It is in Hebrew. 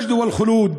(אומר בערבית: